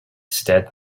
stets